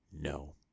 No